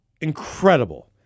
Incredible